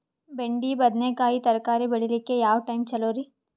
ಬೆಂಡಿ ಬದನೆಕಾಯಿ ತರಕಾರಿ ಬೇಳಿಲಿಕ್ಕೆ ಯಾವ ಟೈಮ್ ಚಲೋರಿ?